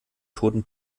toten